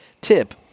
Tip